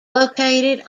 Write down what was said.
located